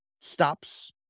stops